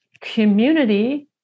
community